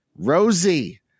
Rosie